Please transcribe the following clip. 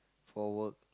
for work